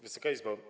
Wysoka Izbo!